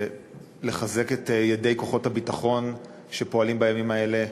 ולחזק את ידי כוחות הביטחון שפועלים בימים האלה,